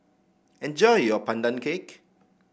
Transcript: enjoy your Pandan Cake